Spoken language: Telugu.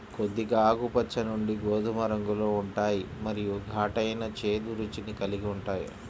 కొద్దిగా ఆకుపచ్చ నుండి గోధుమ రంగులో ఉంటాయి మరియు ఘాటైన, చేదు రుచిని కలిగి ఉంటాయి